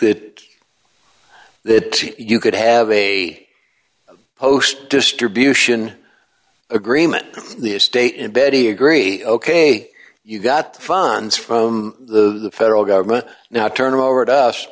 that that you could have a post distribution agreement the estate in bedi agree ok you got funds from the d federal government now turn him over to us